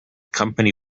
company